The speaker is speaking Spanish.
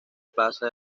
plaza